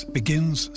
begins